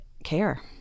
care